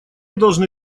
должны